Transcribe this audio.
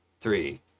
Three